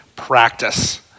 practice